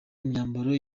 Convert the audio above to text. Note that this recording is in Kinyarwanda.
imyambaro